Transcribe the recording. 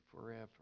forever